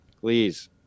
Please